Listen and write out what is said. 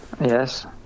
Yes